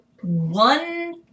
one